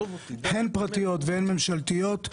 הן פרטיות והן ממשלתיות.